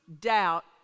doubt